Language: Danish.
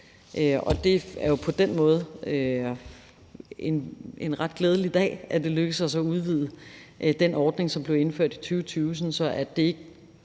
Det er på den måde en ret glædelig dag, i og med at det er lykkedes os at udvide den ordning, som blev indført i 2020,